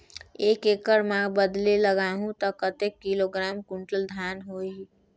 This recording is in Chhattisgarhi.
एक एकड़ मां बदले लगाहु ता कतेक किलोग्राम कुंटल धान होही?